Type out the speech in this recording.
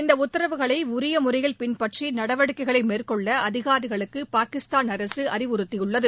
இந்த உத்தரவுகளை உரிய முறையில் பின்பற்றி நடவடிக்கைகளை மேற்கொள்ள அதிகாரிகளுக்கு பாகிஸ்தான் அரசு அறிவுறுத்தியுள்ளது